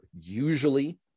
usually